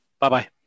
Bye-bye